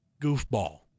goofball